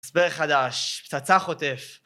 הסבר חדש, פצצה חוטף.